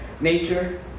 nature